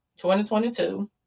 2022